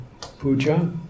puja